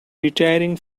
retiring